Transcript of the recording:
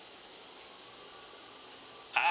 I